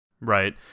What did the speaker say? Right